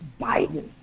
Biden